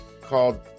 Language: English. called